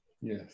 Yes